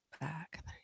back